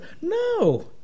No